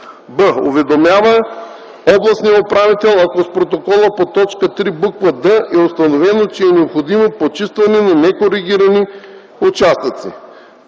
б) уведомява областния управител, ако с протокола по т. 3, буква „д” е установено, че е необходимо почистване на некоригирани участъци;